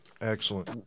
Excellent